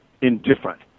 indifferent